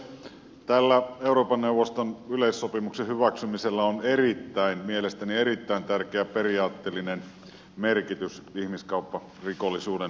tällä euroopan neuvoston yleissopimuksen hyväksymisellä on mielestäni erittäin tärkeä periaatteellinen merkitys ihmiskaupparikollisuuden torjunnassa